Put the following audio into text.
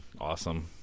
Awesome